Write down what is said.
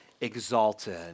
exalted